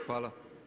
Hvala.